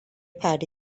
faru